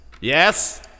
Yes